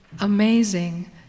amazing